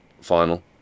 final